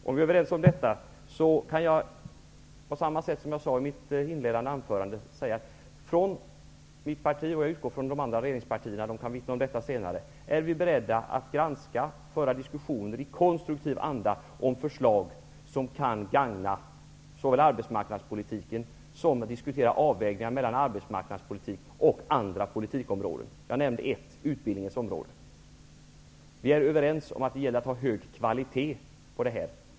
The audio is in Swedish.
Om vi är överens om detta kan jag, på samma sätt som jag sade i mitt inledande anförande, säga att från mitt parti -- och jag utgår från att det gäller även de andra regeringspartierna, som kan vittna om detta senare -- är vi beredda att granska förslag och att såväl föra diskussioner i konstruktiv anda om de förslag som kan gagna arbetsmarknadspolitiken som diskutera avvägningar mellan arbetsmarknadspolitik och andra politikområden. Jag nämnde ett -- Vi är överens om att det gäller att ha hög kvalitet på detta.